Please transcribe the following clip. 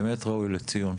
באמת ראוי לציון.